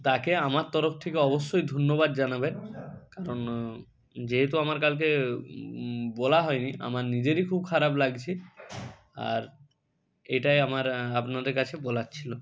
তাকে আমার তরফ থেকে অবশ্যই ধন্যবাদ জানাবেন কারণ যেহেতু আমার কালকে বলা হয় নি আমার নিজেরই খুব খারাপ লাগছে আর এটাই আমার আপনাদের কাছে বলার ছিলো